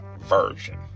version